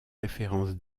référence